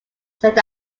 said